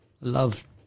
love